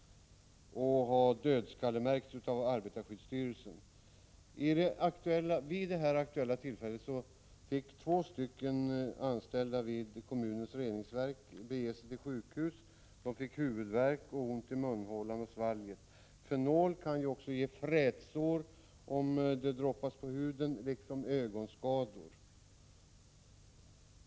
Det har dödskallemärkts av arbetarskyddsstyrelsen. Vid det aktuella tillfället fick de anställda vid kommunens reningsverk bege sig till sjukhus. De fick huvudvärk samt ont i munhåla och svalg. Fenol kan också ge frätsår, om det droppas på huden, liksom ögonskador.